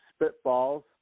spitballs